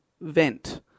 vent